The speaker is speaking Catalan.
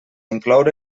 incloure